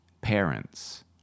parents